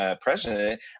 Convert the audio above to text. president